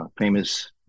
famous